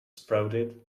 sprouted